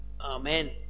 Amen